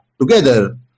together